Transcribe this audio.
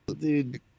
dude